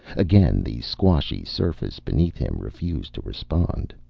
again the squashy surface beneath him refused to respond.